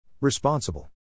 Responsible